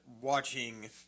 watching